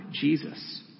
Jesus